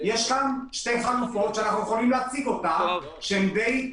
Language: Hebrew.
יש כאן שתי חלופות שאנחנו יכולים להפיק אותן שהן די,